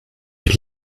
die